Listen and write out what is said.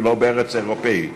ולא בארץ אירופית,